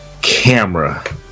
Camera